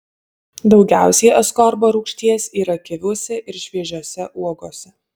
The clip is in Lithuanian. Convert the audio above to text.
daugiausiai askorbo rūgšties yra kiviuose ir šviežiose uogose